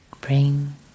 bring